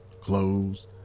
clothes